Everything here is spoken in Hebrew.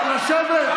לשבת.